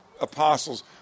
apostles